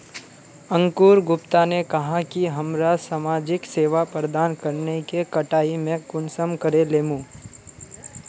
अंकूर गुप्ता ने कहाँ की हमरा समाजिक सेवा प्रदान करने के कटाई में कुंसम करे लेमु?